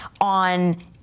on